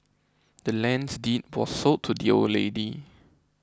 the land's deed was sold to the old lady